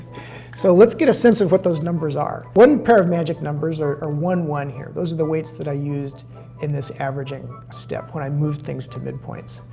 so let's get a sense of what those numbers are. one pair of magic numbers are are one, one here. those are the weights that i used in this averaging step, when i moved things to midpoints.